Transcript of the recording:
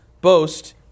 boast